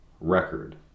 record